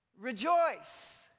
Rejoice